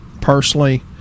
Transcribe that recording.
personally